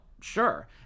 sure